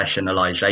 professionalization